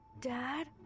Dad